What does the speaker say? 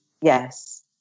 Yes